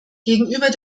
gegenüber